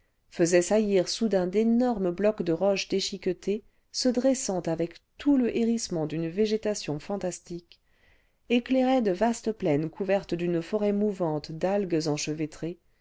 faisaient saillir soudain d'énormes blocs de roches déchiquetées se dressant avec tout le hérissement d'une végétation fantastique éclairaient cle vastes plaines couvertes d'une forêt mouvante d'algues enchevêtrées